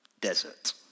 desert